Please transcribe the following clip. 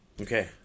Okay